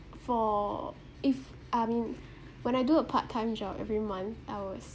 for if I mean when I do a part time job every month I was